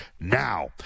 now